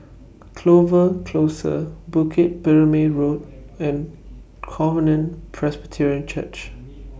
Clover Close Bukit Purmei Road and Covenant Presbyterian Church